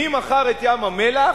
מי מכר את ים-המלח,